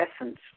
essence